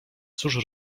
cóż